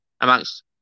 amongst